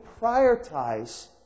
prioritize